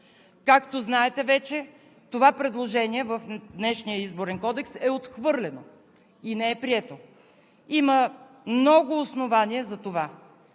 Както знаете, това предложение в днешния Изборен кодекс е отхвърлено и не е прието. Има много основания за това.